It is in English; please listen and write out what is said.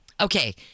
Okay